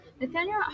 Nathaniel